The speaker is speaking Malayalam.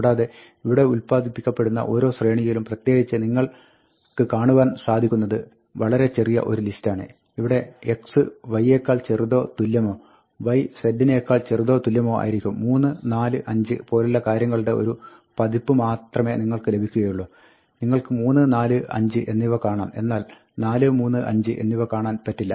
കൂടാതെ ഇവിടെ ഉൽപാദിപ്പിക്കപ്പെടുന്ന ഓരോ ശ്രേണിയിലും പ്രത്യേകിച്ച് നിങ്ങൾക്ക് കാണുവാൻ സാധിക്കുന്നത് വളരെ ചെറിയ ഒരു ലിസ്റ്റാണ് ഇവിടെ x y യേക്കാൾ ചെറുതോ തുല്യമോ y z നേക്കാൾ ചെറുതോ തുല്യമോ ആയിരിക്കും 3 4 5 പോലുള്ള കാര്യങ്ങളുടെ ഒരു പതിപ്പ് മാത്രമേ നിങ്ങൾക്ക് ലഭിക്കുകയുള്ളു നിങ്ങൾക്ക് 3 4 5 എന്നിവ കാണാം എന്നാൽ 4 3 5 എന്നിവ കാണാൻ പറ്റില്ല